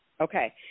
Okay